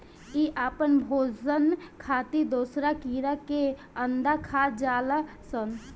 इ आपन भोजन खातिर दोसरा कीड़ा के अंडा खा जालऽ सन